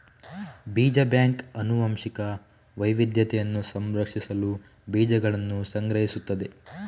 ಬೀಜ ಬ್ಯಾಂಕ್ ಆನುವಂಶಿಕ ವೈವಿಧ್ಯತೆಯನ್ನು ಸಂರಕ್ಷಿಸಲು ಬೀಜಗಳನ್ನು ಸಂಗ್ರಹಿಸುತ್ತದೆ